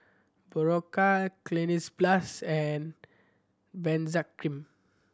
Berocca Cleanz Plus and Benzac Cream